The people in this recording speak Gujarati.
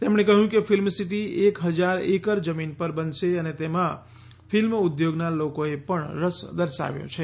તેમણે કહ્યું કે ફિલ્મ સીટી એક હજાર એકર જમીન પર બનશે અને તેમાં ફિલ્મ ઉદ્યોગના લોકોએ પણ રસ દર્શાવ્યો છે